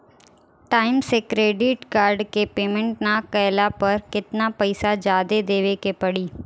Time से credit card के payment ना कैला पर केतना पईसा जादे देवे के पड़ी?